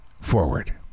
forward